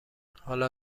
حالا